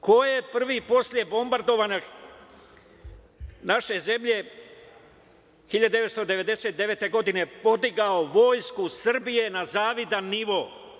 Ko je prvi posle bombardovanja naše zemlje, 1999. godine, podigao Vojsku Srbije na zavidan nivo?